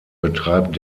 betreibt